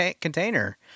container